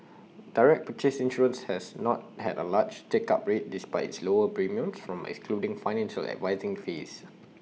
direct purchase insurance has not had A large take up rate despite its lower premiums from excluding financial advising fees